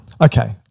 Okay